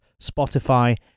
Spotify